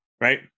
Right